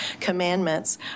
commandments